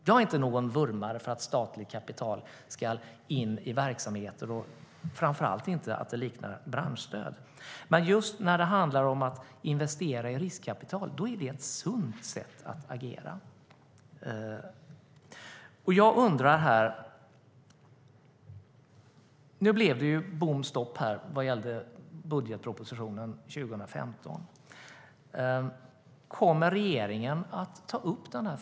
Jag är ingen vurmare för att statligt kapital ska in i verksamheter, och framför allt inte att det liknar branschstöd, men just när det handlar om att investera riskkapital är det ett sunt sätt att agera. Nu blev det ju stopp vad gällde budgetpropositionen för 2015, och jag undrar om regeringen kommer att ta upp frågan igen.